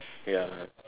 ya